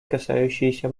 касающейся